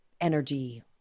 energy